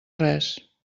res